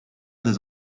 des